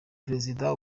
perezida